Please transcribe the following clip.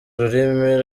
rurimi